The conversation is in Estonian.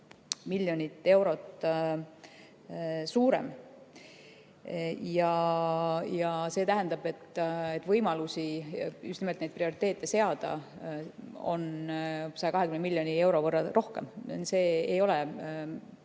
miljonit eurot suurem. See tähendab, et võimalusi just nimelt neid prioriteete seada on 120 miljoni euro võrra rohkem. See ei ole sildistatud